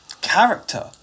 character